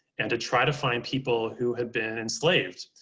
and to try to find people who had been enslaved.